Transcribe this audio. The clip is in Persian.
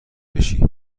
بشی